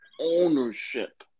ownership